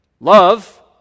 Love